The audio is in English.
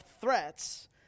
threats